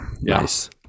Nice